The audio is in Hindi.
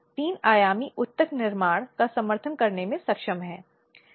संदर्भ समय को देखें 0559 अब पूरी प्रक्रिया कैसे चलती है यह एक शिकायत के प्रतिरोध के साथ शुरू होता है